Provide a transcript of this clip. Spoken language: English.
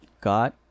got